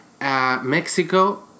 Mexico